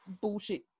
bullshit